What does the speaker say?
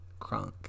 Crunk